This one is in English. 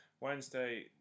Wednesday